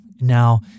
Now